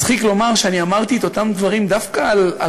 מצחיק לומר שאמרתי את אותם דברים דווקא על